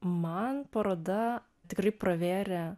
man paroda tikrai pravėrė